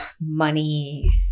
money